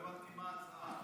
לא הבנתי מה ההצעה.